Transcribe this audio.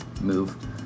move